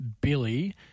Billy